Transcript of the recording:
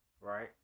Right